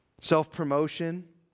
Self-promotion